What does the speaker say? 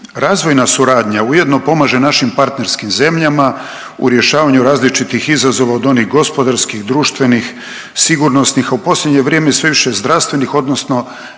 Razvojna suradnja ujedno pomažem našim partnerskim zemljama u rješavanju različitih izazova od onih gospodarskih, društvenih, sigurnosnih, a u posljednje vrijeme sve više zdravstvenih odnosno